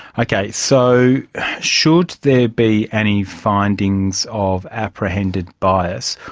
okay, so should there be any findings of apprehended bias,